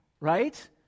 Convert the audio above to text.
right